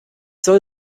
soll